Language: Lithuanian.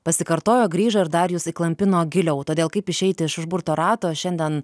pasikartojo grįžo ir dar jus įklampino giliau todėl kaip išeiti iš užburto rato šiandien